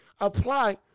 apply